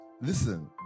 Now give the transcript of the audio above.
Listen